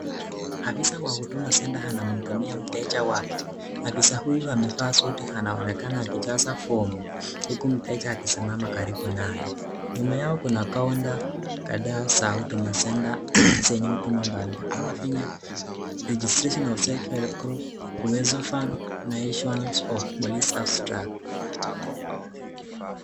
Afisa wa huduma centre anamhudumia mteja wake, afisa huyu amevaa suti anaonekana akijaza fomu huku mteja akisimama karibu naye. Nyuma yao kuna kaunta kadhaa za huduma centre zenye huduma mbalimbali kama vile registration of self help group ,uwezo fund na issuance of police abstract .